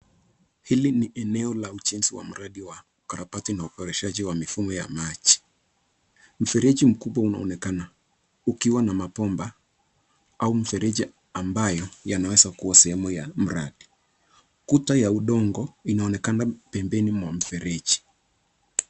Hili ni eneo la ujezi wa mradi wa ukarabati uboreshaji wa mifumo ya maji. Mfereji mkubwa unaonekana ukiwa na mabomba au mfereji ambayo yanaweza kuwa sehemu ya mradi. Kuta ya udongo inaonekana pembeni mwa mfereji.